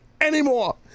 anymore